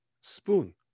Spoon